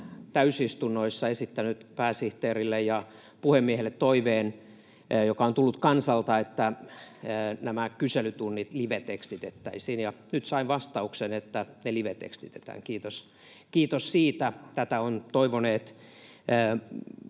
täysistunnoissa esittänyt pääsihteerille ja puhemiehelle toiveen, joka on tullut kansalta, että kyselytunnit livetekstitettäisiin, ja nyt sain vastauksen, että ne livetekstitetään. Kiitos siitä. Tätä ovat toivoneet